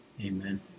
Amen